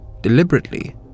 deliberately